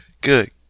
good